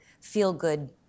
feel-good